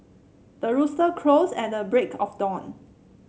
the rooster crows at the break of dawn